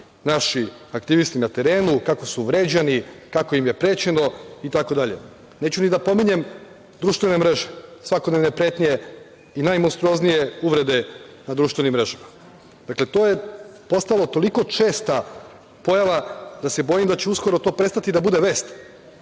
naši aktivisti na terenu, kako su vređani, kako im je prećeno itd. Neću ni da pominjem društvene mreže, svakodnevne pretnje i najmonstruoznije uvrede na društvenim mrežama. Dakle, to je postalo toliko česta pojava da se bojim da će uskoro to prestati da bude vest.